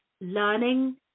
learning